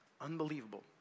unbelievable